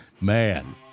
Man